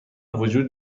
وجود